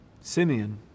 Simeon